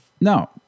No